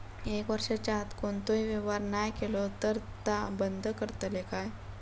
एक वर्षाच्या आत कोणतोही व्यवहार नाय केलो तर ता बंद करतले काय?